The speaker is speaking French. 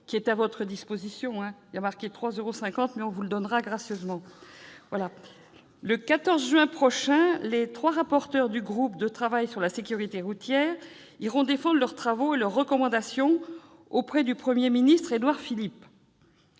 à votre disposition pour un coût de 3,50 euros, mais qui sera donné gracieusement ! Le 14 juin prochain, les trois rapporteurs du groupe de travail sur la sécurité routière iront défendre leurs travaux et leurs recommandations auprès du Premier ministre Édouard Philippe.